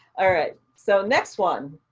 alright, so next one.